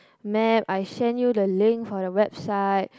map I send you the link for the website